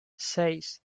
seis